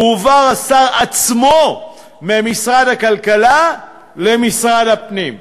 הועבר השר עצמו ממשרד הכלכלה למשרד הפנים,